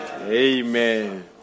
Amen